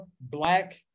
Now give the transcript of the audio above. black